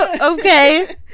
Okay